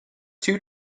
two